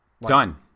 Done